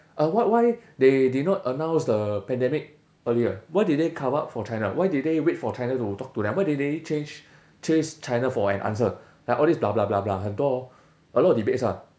uh why why they did not announce the pandemic earlier why did they cover up for china why did they wait for china to talk to them why didn't they chase chase china for an answer like all this blah blah blah 很多 a lot of debates ah